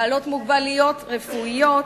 בעלות מוגבלויות רפואיות,